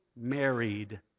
married